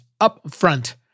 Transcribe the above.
upfront